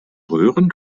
röhren